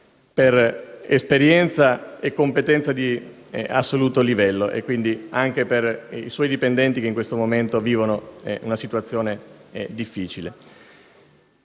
per esperienza e competenza di assoluto livello, anche per i suoi dipendenti che in questo momento vivono una situazione difficile.